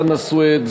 חנא סוייד,